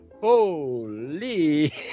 Holy